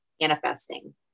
manifesting